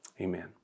Amen